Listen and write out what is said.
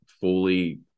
fully